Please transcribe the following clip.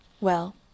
Well